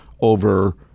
over